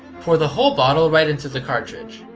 pour the whole bottle right into the cartridge.